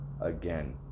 again